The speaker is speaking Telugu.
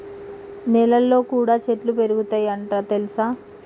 నెలల్లో కూడా చెట్లు పెరుగుతయ్ అంట తెల్సా